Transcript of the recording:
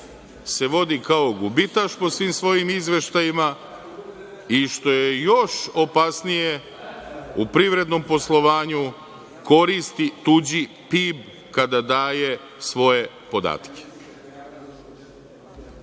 se vodi kao gubitaš po svim svojim izveštajima i što je još opasnije u privrednom poslovanju koristi tuđi PIB kada daje svoje podatke. Niko